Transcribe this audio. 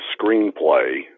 screenplay